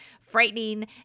frightening